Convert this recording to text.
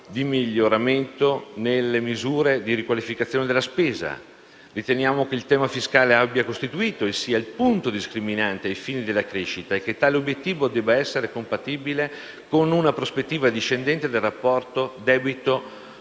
di miglioramento nelle misure di riqualificazione della spesa. Riteniamo che il tema fiscale abbia costituito e sia il punto discriminante ai fini della crescita e che tale obiettivo debba essere compatibile con una prospettiva discendente del rapporto tra debito e